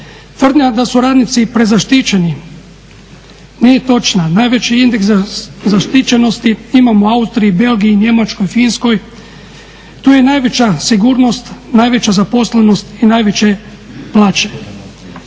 Tvrdnja da su radnici prezaštićeni nije točna, najveći indeks zaštićenosti imamo u Austriji, Belgiji, Njemačkoj, Finskoj, tu je najveća sigurnost, najveća zaposlenost i najveće plaće.